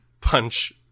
punch